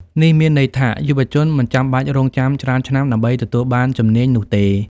នេះមានន័យថា យុវជនមិនចាំបាច់រង់ចាំច្រើនឆ្នាំដើម្បីទទួលបានជំនាញនោះទេ។